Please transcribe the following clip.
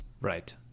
right